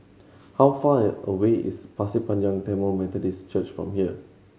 how far away is Pasir Panjang Tamil Methodist Church from here